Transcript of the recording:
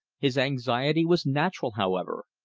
his anxiety was natural, however.